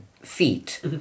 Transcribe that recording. feet